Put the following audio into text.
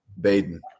Baden